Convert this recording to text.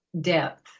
depth